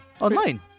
Online